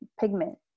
pigment